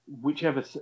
whichever